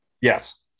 Yes